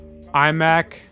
iMac